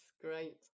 Great